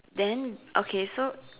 then okay so